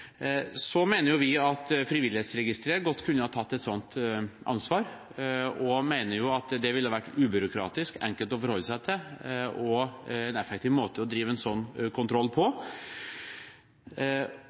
Så mener vi at Frivillighetsregisteret godt kunne ha tatt et sånt ansvar, og mener at det ville vært ubyråkratisk, enkelt å forholde seg til og en effektiv måte å drive en sånn kontroll på.